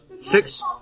Six